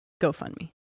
GoFundMe